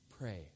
Pray